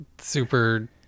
Super